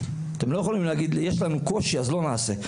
אתם לא יכולים להגיד לי יש לנו קושי, אז לא נעשה.